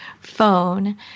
phone